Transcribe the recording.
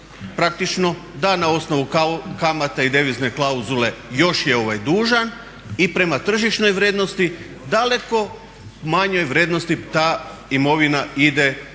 praktično da na osnovi kamata i devizne klauzule još je dužan i prema tržišnoj vrijednosti daleko manjoj vrijednosti ta imovina ide na